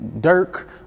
Dirk